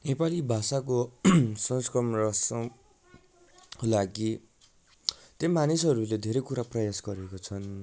नेपाली भाषाको लागि त्यो मानिसहरूले धेरै कुरा प्रयास गरेको छन्